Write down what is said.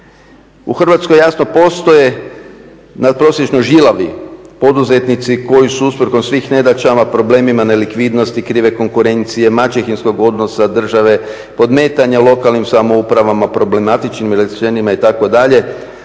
u Hrvatskoj jasno postoje nadprosječno žilavi poduzetnici koji su usprkos svim nedaćama, problemima nelikvidnosti, krive konkurencije, maćehinskog odnosa države, podmetanja lokalnim samoupravama, problematičnim …/Govornik